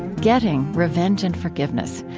getting revenge and forgiveness.